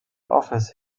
office